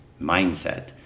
mindset